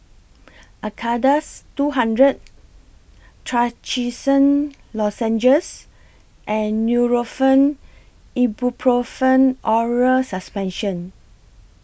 Acardust two hundred Trachisan Lozenges and Nurofen Ibuprofen Oral Suspension